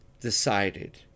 decided